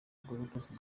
rw’ubutasi